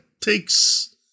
takes